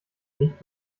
nicht